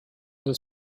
des